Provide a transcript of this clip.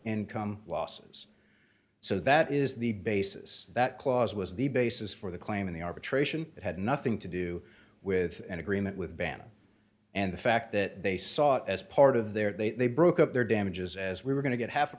income losses so that is the basis that clause was the basis for the claim in the arbitration that had nothing to do with an agreement with bana and the fact that they saw it as part of their they they broke up their damages as we were going to get half a